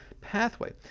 pathway